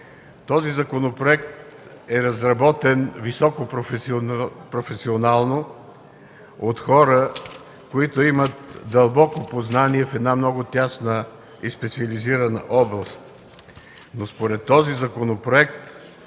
– Законопроектът е разработен високопрофесионално от хора, които имат дълбоки познания в една много тясна и специализирана област. Според този законопроект